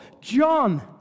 John